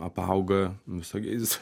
apauga visokiais